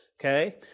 Okay